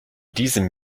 diesem